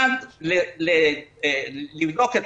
לבדוק את